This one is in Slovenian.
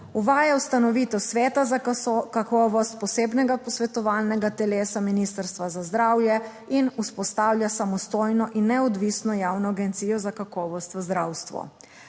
Uvaja ustanovitev Sveta za kakovost, posebnega posvetovalnega telesa Ministrstva za zdravje in vzpostavlja samostojno in neodvisno javno agencijo za kakovost v zdravstvu.